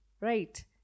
right